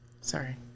sorry